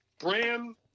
Bram